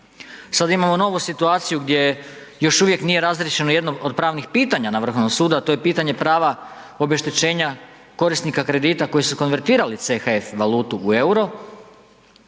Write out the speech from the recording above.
Sad imamo novu situaciju gdje još uvijek nije razriješeno jedno od pravnih pitanja na Vrhovnom sudu, a to je pitanje prava obeštećenja korisnika kredita koji su konvertirali CHF valutu u EUR-o,